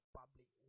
public